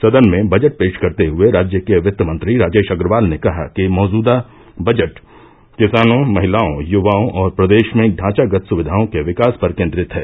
सदन में बजट पेष करते हुए राज्य के वित्त मंत्री राजेष अग्रवाल ने कहा कि मौजूदा बजट किसानों महिलाओं य्वाओं और प्रदेष में ढांचागत सुविधाओं के विकास पर केन्द्रित है